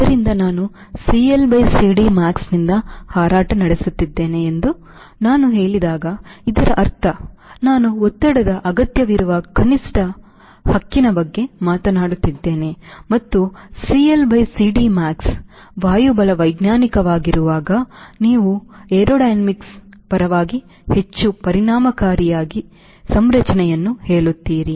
ಆದ್ದರಿಂದ ನಾನು CL by CD maxನಿಂದ ಹಾರಾಟ ನಡೆಸುತ್ತಿದ್ದೇನೆ ಎಂದು ನಾನು ಹೇಳಿದಾಗ ಇದರರ್ಥ ನಾನು ಒತ್ತಡದ ಅಗತ್ಯವಿರುವ ಕನಿಷ್ಠ ಹಕ್ಕಿನ ಬಗ್ಗೆ ಮಾತನಾಡುತ್ತಿದ್ದೇನೆ ಮತ್ತು CL by CD max ವಾಯುಬಲವೈಜ್ಞಾನಿಕವಾಗಿರುವಾಗ ನೀವು ವಾಯುಬಲವೈಜ್ಞಾನಿಕವಾಗಿ ಹೆಚ್ಚು ಪರಿಣಾಮಕಾರಿಯಾದ ಸಂರಚನೆಯನ್ನು ಹೇಳುತ್ತೀರಿ